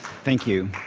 thank you.